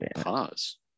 pause